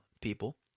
People